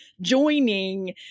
joining